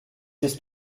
ist